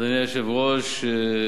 אדוני היושב-ראש,